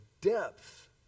depth